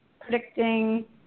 predicting